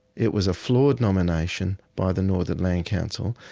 it was a flawed nomination by the northern land council,